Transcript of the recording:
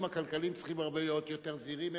הכלכליים צריכים להיות הרבה יותר זהירים.